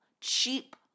cheap